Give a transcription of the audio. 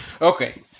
Okay